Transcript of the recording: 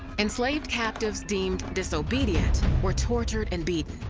enslaved captives deemed disobedient were tortured and beaten,